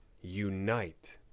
unite